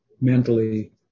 mentally